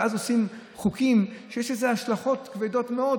ואז עושים חוקים שיש להם השלכות כבדות מאוד,